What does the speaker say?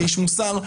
כאיש מוסר,